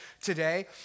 today